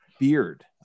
beard